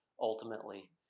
ultimately